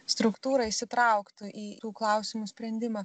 struktūrą įsitrauktų į tų klausimų sprendimą